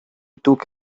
took